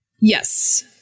Yes